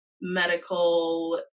medical